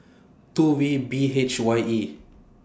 two V B H Y E